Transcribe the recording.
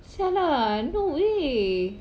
!siala! no way